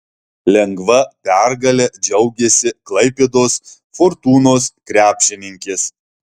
lengva pergale džiaugėsi klaipėdos fortūnos krepšininkės